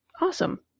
Awesome